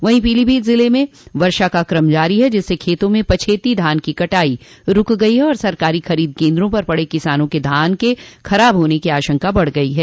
वहीं पीलीभीत ज़िले में वर्षा का क्रम जारी है जिससे खेतों में पछेती धान की कटाई रूक गई है और सरकारी खरीद केन्द्रों पर पड़े किसानों के धान के खराब होने की आशंका बढ़ गई है